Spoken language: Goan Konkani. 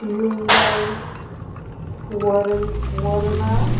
युंडाय वरन वर्ना